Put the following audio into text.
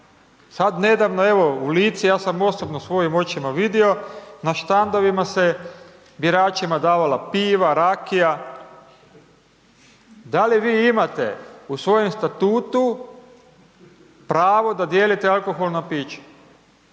sad nedavno, evo u Lici, ja sam osobno svojim očima vidio, na štandovima se biračima davala piva, rakija. Da li vi imate u svojem statutu pravo da dijelite alkoholna pića,